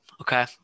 okay